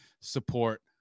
support